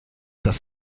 das